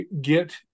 get